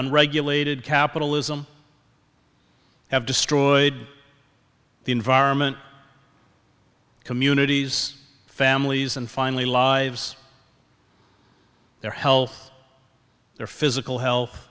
unregulated capitalism have destroyed the environment communities families and finally lives their health their physical health